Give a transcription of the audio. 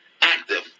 active